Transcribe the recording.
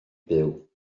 byw